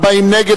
40 נגד.